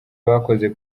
bakoze